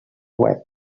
web